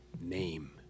name